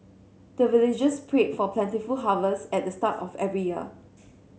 the villagers pray for plentiful harvest at the start of every year